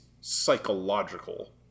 psychological